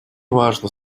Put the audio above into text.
важно